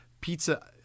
pizza